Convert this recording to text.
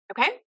Okay